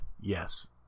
Yes